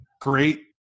great